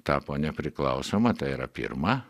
tapo nepriklausoma tai yra pirma